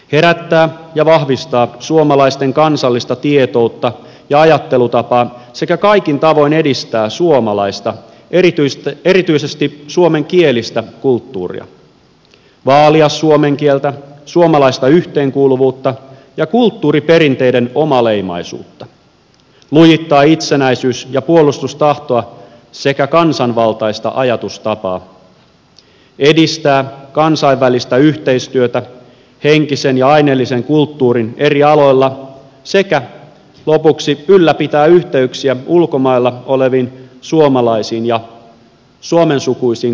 herättää ja vahvistaa suomalaisten kansallista tietoutta ja ajattelutapaa sekä kaikin tavoin edistää suomalaista erityisesti suomenkielistä kulttuuria vaalia suomen kieltä suomalaista yhteenkuuluvuutta ja kulttuuriperinteiden omaleimaisuutta lujittaa itsenäisyys ja puolustustahtoa sekä kansanvaltaista ajatustapaa edistää kansainvälistä yhteistyötä henkisen ja aineellisen kulttuurin eri aloilla sekä lopuksi ylläpitää yhteyksiä ulkomailla oleviin suomalaisiin ja suomensukuisiin kansoihin